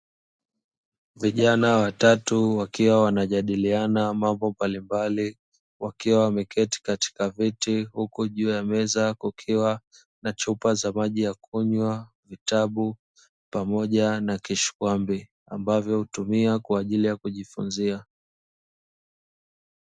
Vijana watatu wakiwa wanajadiliana mambo mbalimbali, wakiwa wameketi katika viti huku juu ya meza kukiwa na chupa za maji ya kunywa, vitabu pamoja na kishikwambi, ambavyo hutumia kwa ajili ya kujifunzia.